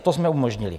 To jsme umožnili.